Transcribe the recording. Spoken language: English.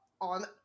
on